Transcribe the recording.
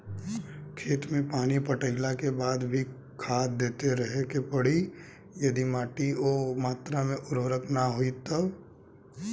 खेत मे पानी पटैला के बाद भी खाद देते रहे के पड़ी यदि माटी ओ मात्रा मे उर्वरक ना होई तब?